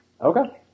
Okay